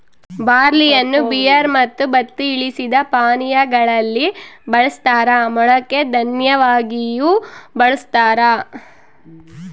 ಬಾರ್ಲಿಯನ್ನು ಬಿಯರ್ ಮತ್ತು ಬತ್ತಿ ಇಳಿಸಿದ ಪಾನೀಯಾ ಗಳಲ್ಲಿ ಬಳಸ್ತಾರ ಮೊಳಕೆ ದನ್ಯವಾಗಿಯೂ ಬಳಸ್ತಾರ